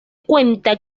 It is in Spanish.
cuenta